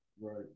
Right